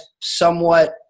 somewhat